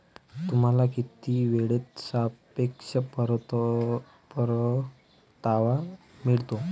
तुम्हाला किती वेळेत सापेक्ष परतावा मिळतो?